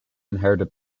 inherited